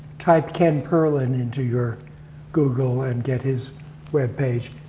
type ken perlin into your google and get his web page,